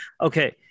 Okay